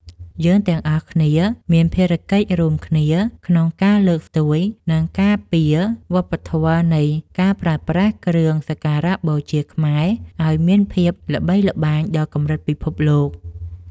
យើងទាំងអស់គ្នាមានភារកិច្ចរួមគ្នាក្នុងការលើកស្ទួយ និងការពារវប្បធម៌នៃការប្រើប្រាស់គ្រឿងសក្ការបូជាខ្មែរឱ្យមានភាពល្បីល្បាញដល់កម្រិតពិភពលោក។